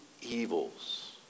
Evils